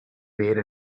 made